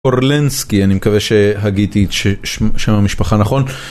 אורלנסקי, אני מקווה שהגיתי שם המשפחה נכון.